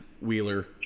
Wheeler